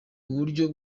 uburyo